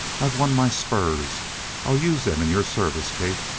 i've won my spurs i'll use them in your service, kate.